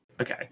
Okay